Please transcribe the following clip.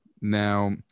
Now